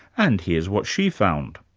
and here's what she found.